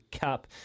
Cup